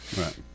Right